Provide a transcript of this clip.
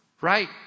Right